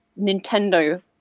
Nintendo